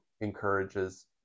encourages